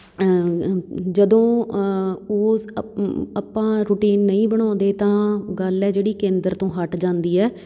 ਜਦੋਂ ਉਸ ਅਪ ਆਪਾਂ ਰੂਟੀਨ ਨਹੀਂ ਬਣਾਉਂਦੇ ਤਾਂ ਗੱਲ ਹੈ ਜਿਹੜੀ ਕੇਂਦਰ ਤੋਂ ਹਟ ਜਾਂਦੀ ਹੈ